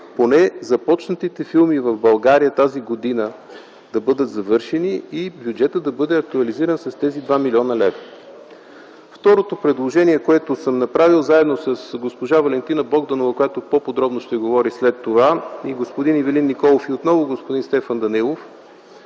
поне започнатите филми в България тази година да бъдат завършени и бюджетът да бъде актуализиран с тези 2 млн. лв. Второто предложение, което съм направил заедно с госпожа Валентина Богданова, която по-подробно ще говори след това, господин Ивелин Николов и отново господин Стефан Данаилов,